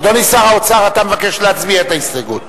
אדוני שר האוצר, אתה מבקש להצביע על ההסתייגות.